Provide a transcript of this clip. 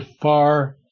far